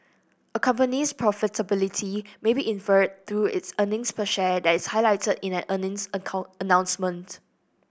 a company's profitability may be inferred through it's earnings per share that is highlighted in an earnings announcement